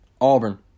Auburn